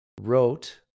wrote